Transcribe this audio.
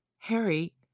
Harry